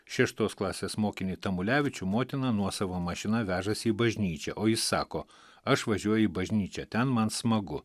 šeštos klasės mokinį tamulevičių motina nuosavo mašina vežasi į bažnyčią o jis sako aš važiuoju į bažnyčią ten man smagu